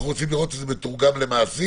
אנחנו רוצים לראות את זה מתורגם למעשים.